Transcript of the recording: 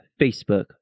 Facebook